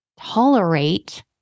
tolerate